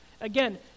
Again